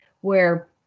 where-